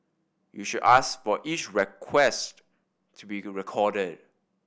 you should ask for each request to be recorded